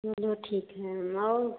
चलो ठीक है हम और